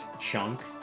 chunk